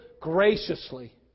graciously